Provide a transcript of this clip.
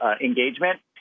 engagement